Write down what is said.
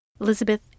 Elizabeth